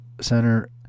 center